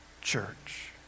church